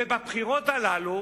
ובבחירות הללו,